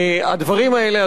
הדברים האלה,